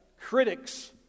critics